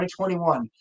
2021